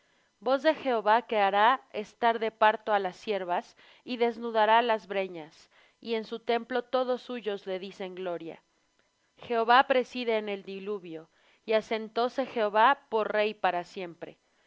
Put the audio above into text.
voz de jehová que hará estar de parto á las ciervas y desnudará la breñas y en su templo todos los suyos le dicen gloria jehová preside en el diluvio y asentóse jehová por rey para siempre